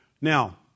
Now